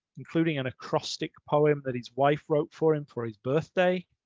including an acrostic poem that his wife wrote for him for his birthday,